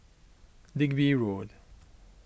Digby Road